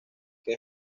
que